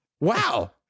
Wow